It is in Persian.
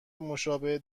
مشابه